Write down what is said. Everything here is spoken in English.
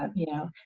um you know,